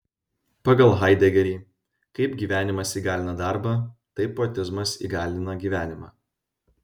pagal haidegerį kaip gyvenimas įgalina darbą taip poetizmas įgalina gyvenimą